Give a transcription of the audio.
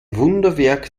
wunderwerk